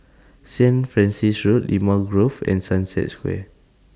Saint Francis Road Limau Grove and Sunset Square